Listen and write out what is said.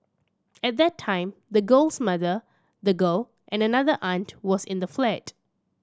at that time the girl's mother the girl and another aunt was in the flat